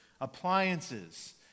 appliances